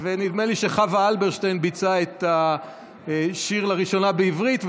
ונדמה לי שחוה אלברשטיין ביצעה את השיר לראשונה בעברית,